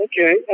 Okay